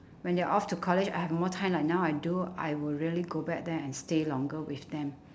when they're off to college I have more time like now I do I will really go back there and stay longer with them